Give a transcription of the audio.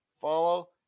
follow